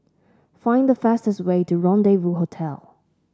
find the fastest way to Rendezvous Hotel